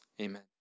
Amen